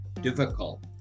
difficult